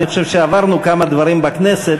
אני חושב שעברנו כמה דברים בכנסת.